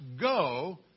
go